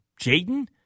Jaden